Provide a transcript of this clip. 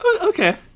Okay